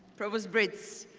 provost britz.